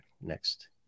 next